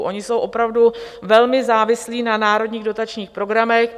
Oni jsou opravdu velmi závislí na národních dotačních programech.